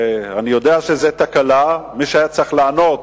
אני יודע שזאת תקלה, מי שהיה צריך לענות